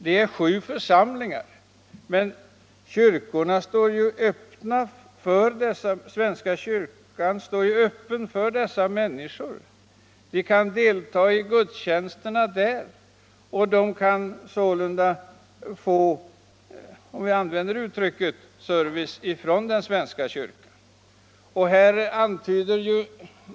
Det rör sig om sju församlingar, men svenska kyrkan står öppen för dessa människor. De kan delta i gudstjänsterna där, och de kan således få, om jag skall använda det uttrycket, ”service” från den svenska kyrkan.